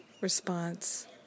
response